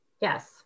Yes